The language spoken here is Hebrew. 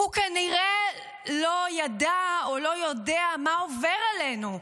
הוא כנראה לא ידע או לא יודע מה עובר עלינו,